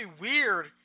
weird